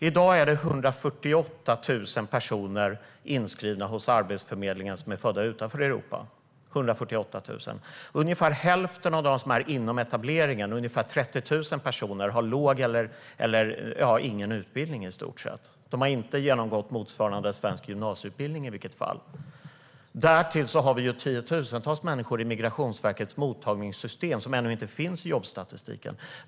Bland dem som är inskrivna hos Arbetsförmedlingen i dag är det 148 000 personer som är födda utanför Europa. Ungefär hälften av dem som är inom etableringen, ungefär 30 000 personer, har låg utbildning eller nästan ingen utbildning alls. De har i vilket fall som helst inte genomgått motsvarande svensk gymnasieutbildning. Därtill är det tiotusentals människor i Migrationsverkets mottagningssystem som ännu inte finns i jobbstatistiken.